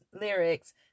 lyrics